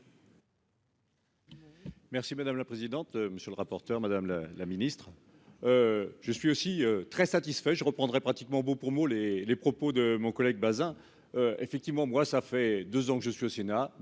Merci madame la présidente, monsieur le rapporteur, madame le la ministre, je suis aussi très satisfait, je reprendrai pratiquement mot pour mot les les propos de mon collègue Bazin effectivement moi ça fait 2 ans que je suis au Sénat